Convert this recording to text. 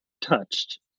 touched